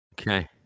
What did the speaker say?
Okay